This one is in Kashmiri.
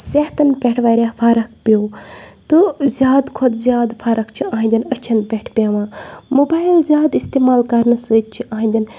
صحتَن پٮ۪ٹھ واریاہ فرق پیو تہٕ زیادٕ کھۄتہٕ زیادٕ فرق چھِ أہندٮ۪ن أچھٮ۪ن پٮ۪ٹھ پیٚوان موبایِل زیادٕ استعمال کَرنہٕ سۭتۍ چھِ أہندٮ۪ن